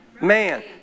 man